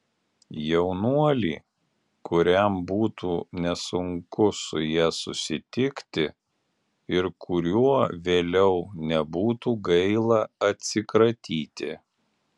jaunuolį kuriam būtų nesunku su ja susitikti ir kuriuo vėliau nebūtų gaila atsikratyti